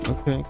Okay